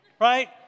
right